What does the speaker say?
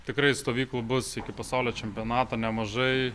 tikrai stovyklų bus iki pasaulio čempionato nemažai